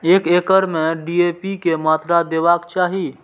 एक एकड़ में डी.ए.पी के मात्रा देबाक चाही?